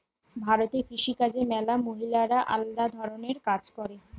ভারতে কৃষি কাজে ম্যালা মহিলারা আলদা ধরণের কাজ করে